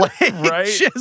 Right